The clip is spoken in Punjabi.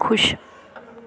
ਖੁਸ਼